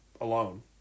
alone